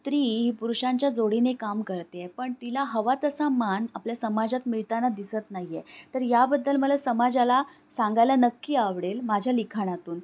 स्त्री ही पुरुषांच्या जोडीने काम करते आहे पण तिला हवा तसा मान आपल्या समाजात मिळताना दिसत नाही आहे तर याबद्दल मला समाजाला सांगायला नक्की आवडेल माझ्या लिखाणातून